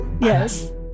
Yes